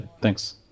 thanks